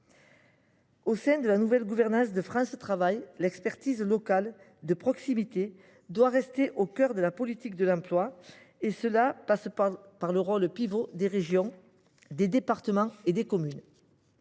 Au sein de la nouvelle gouvernance de France Travail, l’expertise de proximité doit rester au cœur de la politique de l’emploi. Cela passe par le rôle pivot des régions, des départements et des communes.